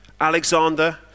Alexander